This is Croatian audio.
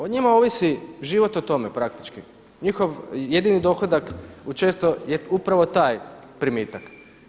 O njima ovisi život o tome praktički, njihov jedini dohodak u često je upravo taj primitak.